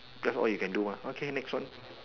that's all you can do mah okay next one